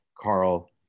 Carl